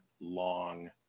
long